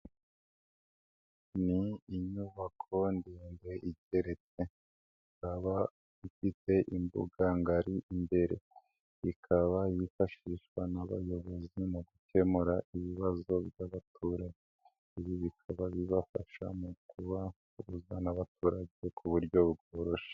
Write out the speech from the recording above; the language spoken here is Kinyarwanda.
Ni inyubako ndende iteretse, ikaba ifite imbuga ngari imbere ikaba yifashishwa n'abayobozi mu gukemura ibibazo by'abaturage, ibi bikaba bibafasha mu kubahuza n'abaturage ku buryo bworoshye.